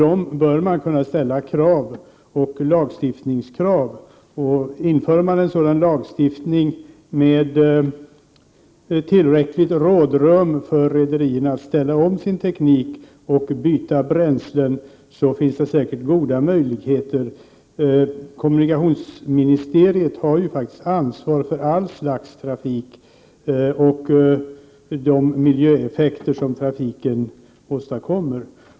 Om en lagstiftning införs med tillräckligt rådrum för rederierna att ställa om sin teknik och att byta bränslen finns det säkert goda möjligheter. Kommunikationsministeriet har ju ansvaret för allt slags trafik och de miljöeffekter som trafiken åstadkommer.